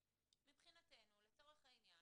מבחינתנו, לצורך העניין,